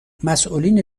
مسئولین